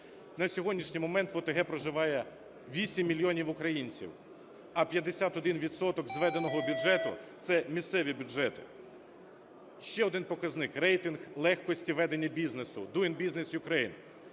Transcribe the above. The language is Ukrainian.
На сьогоднішній момент в ОТГ проживає 8 мільйонів українців, а 51 відсоток зведеного бюджету – це місцевий бюджет. Ще один показник – рейтинг легкості ведення бізнесу (Doing BusinessUkraine):